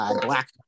black